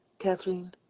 Kathleen